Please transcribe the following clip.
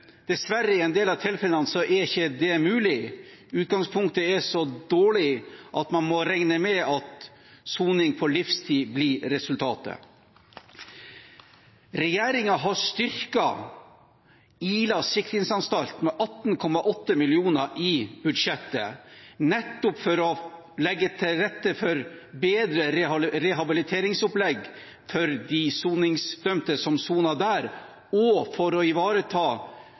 Dessverre er ikke dette mulig i en del av tilfellene, for utgangspunktet er så dårlig at man må regne med at soning på livstid blir resultatet. Regjeringen har styrket Ila sikringsanstalt med 18,8 mill. kr i budsjettet, nettopp for å legge til rette for bedre rehabiliteringsopplegg for de soningsdømte som soner der, og for å ivareta